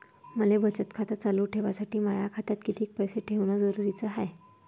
मले बचत खातं चालू ठेवासाठी माया खात्यात कितीक पैसे ठेवण जरुरीच हाय?